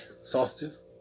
Sausages